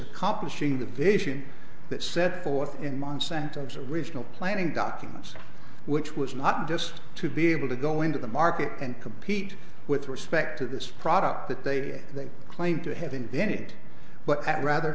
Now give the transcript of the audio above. accomplishing the vision that set forth in monsanto's original planning documents which was not just to be able to go into the market and compete with respect to this product that they claim to have invented but at rather